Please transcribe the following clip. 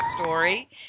story